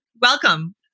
welcome